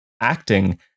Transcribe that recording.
acting